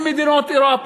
אם מדינות עיראק,